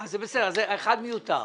אז זה בסדר, אחד מיותר.